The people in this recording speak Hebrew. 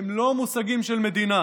הם לא מושגים של מדינה.